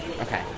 Okay